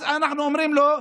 אנחנו אומרים לו,